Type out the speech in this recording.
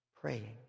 praying